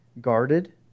guarded